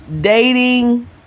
dating